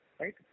right